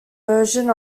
version